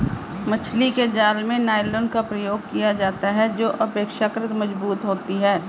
मछली के जाल में नायलॉन का प्रयोग किया जाता है जो अपेक्षाकृत मजबूत होती है